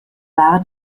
wahre